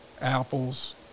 apples